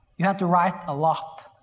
you to write a lot.